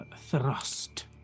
thrust